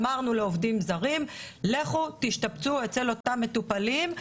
אמרנו לעובדים זרים שילכו וישתבצו אצל אותם מטופלים,